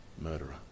murderer